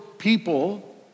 People